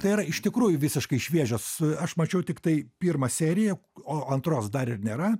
tai yra iš tikrųjų visiškai šviežias aš mačiau tiktai pirmą seriją o antros dar ir nėra